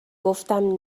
گفتم